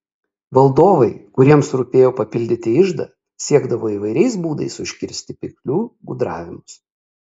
valdovai kuriems rūpėjo papildyti iždą siekdavo įvairiais būdais užkirsti pirklių gudravimus